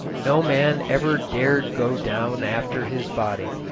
no man ever dared go down after his body.